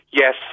Yes